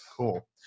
Cool